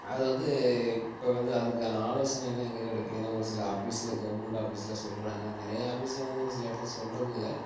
அதுவந்து இப்போ வந்து அதுக்கான ஆலோசனையெலாம் எங்கே கிடைக்கிதுனா ஒருசில ஆபீஸ்ல கவுர்மென்ட் ஆபீஸ்ல சொல்கிறாங்க நிறைய ஆபீஸ்ல ஒருசில இடத்துல சொல்கிறதில்ல